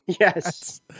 Yes